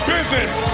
Business